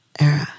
era